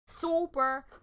Super